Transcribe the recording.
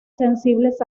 sensibles